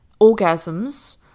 orgasms